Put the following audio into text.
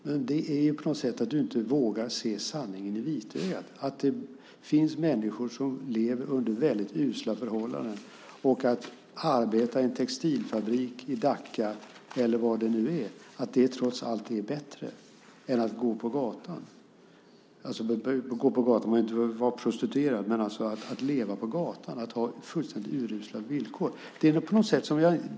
Men det är på något sätt att inte våga se sanningen i vitögat, att det finns människor som lever under usla förhållanden och att arbeta i en textilfabrik i Dhaka eller någon annanstans trots allt är bättre än att gå på gatan. Det handlar inte om att vara prostituerad utan om att leva på gatan och ha fullständigt urusla villkor.